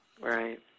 Right